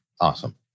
Awesome